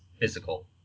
physical